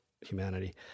humanity